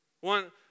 One